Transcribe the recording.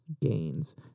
gains